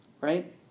Right